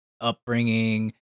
upbringing